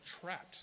trapped